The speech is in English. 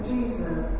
Jesus